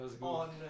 on